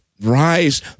rise